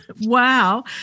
Wow